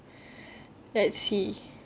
let's see